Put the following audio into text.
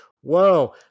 whoa